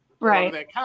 Right